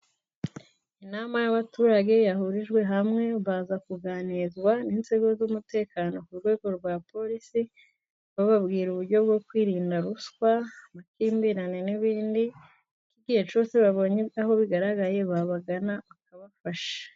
Inama y'abaturage yahurijwe hamwe, baza kuganizwa n'inzego z'umutekano ku rwego rwa polisi, bababwira uburyo bwo kwirinda ruswa, amakimbirane n'ibindi n'iigihe cyose babonye aho bigaragaye, babagana bakabafasha.